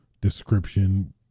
description